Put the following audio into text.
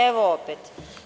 Evo, opet.